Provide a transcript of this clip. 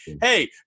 hey